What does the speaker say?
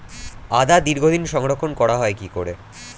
আদা দীর্ঘদিন সংরক্ষণ করা হয় কি করে?